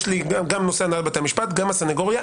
יש לי גם נושא הנהלת בתי המשפט, גם הסניגוריה.